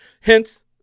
Hence